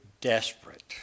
desperate